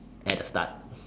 at the start